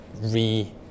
re